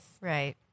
Right